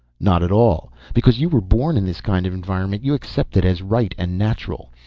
not at all. because you were born in this kind of environment you accept it as right and natural.